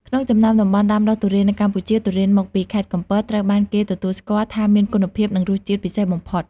ក្នុងចំណោមតំបន់ដាំដុះទុរេននៅកម្ពុជា ទុរេនមកពី ខេត្តកំពត ត្រូវបានគេទទួលស្គាល់ថាមានគុណភាពនិងរសជាតិពិសេសបំផុត។